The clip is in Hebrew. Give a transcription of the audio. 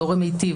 הורה מיטיב,